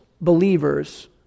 believers